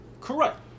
Correct